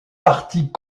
partie